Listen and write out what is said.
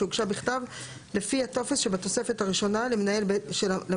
שהוגשה בכתב לפי הטופס שבתוספת הראשונה למנהל